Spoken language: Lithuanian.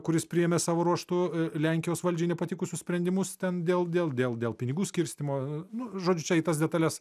kuris priėmė savo ruožtu lenkijos valdžiai nepatikusius sprendimus ten dėl dėl dėl dėl pinigų skirstymo nu žodžiu tas detales